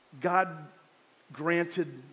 God-granted